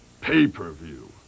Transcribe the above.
pay-per-view